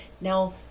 Now